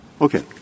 Okay